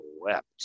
wept